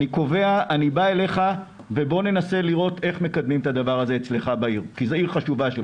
אני אבוא אליך וננסה לראות איך מקדמים את זה אצלך בעיר כי זו עיר חשובה.